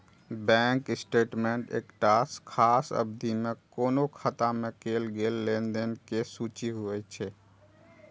bank statement एकटा खास अवधि मे कोनो खाता मे कैल गेल लेनदेन के सूची होइ छै